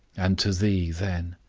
and to thee then.